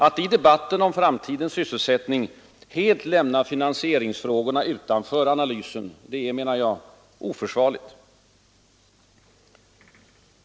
Att i debatten om framtidens sysselsättning helt lämna finansieringsfrågorna utanför analysen är, menar jag, oförsvarligt.